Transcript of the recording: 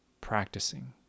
practicing